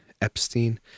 epstein